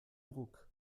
druck